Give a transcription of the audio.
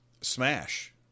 Smash